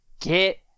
Get